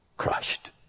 crushed